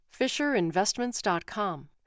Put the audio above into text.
Fisherinvestments.com